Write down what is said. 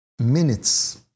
Minutes